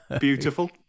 beautiful